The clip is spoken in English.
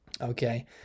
Okay